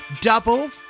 double